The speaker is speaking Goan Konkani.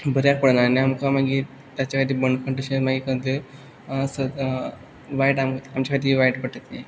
बऱ्याक पडना आनी आमकां मागीर ताच्या खातीर बंदखण तशें मागीर खंयचे सत वायट आम आमच्या खाती वायट पडटा तें